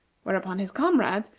whereupon his comrades,